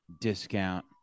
discount